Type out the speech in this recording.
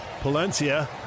Palencia